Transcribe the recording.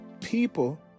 people